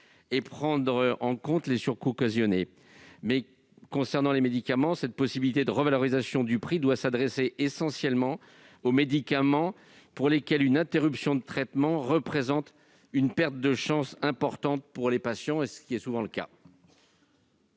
prendre en compte les surcoûts occasionnés. Cette possibilité de revalorisation de prix doit concerner essentiellement les médicaments pour lesquels une interruption de traitement représente une perte de chance importante pour les patients, ce qui est souvent le cas.